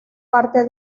parte